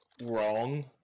wrong